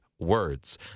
Words